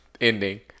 ending